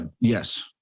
yes